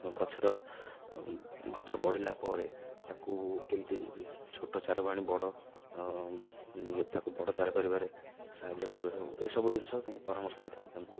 ଗଛର ଗଛ ବଢ଼ିଲା ପରେ ତାକୁ କେମିତି ଛୋଟ ଚାରାକୁ ଆଣି ବଡ଼ ତାକୁ ବଡ଼ ଚାରା କରିବାରେ ସାହାଯ୍ୟ କରିବାର ଏସବୁ ଜିନିଷ ତାଙ୍କ ପରାମର୍ଶ ଦେଇଥାନ୍ତି ଆମକୁ